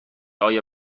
آیا